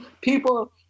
people